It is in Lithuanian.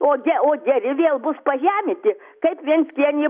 o ge o geri vėl bus pažeminti kaip venckienė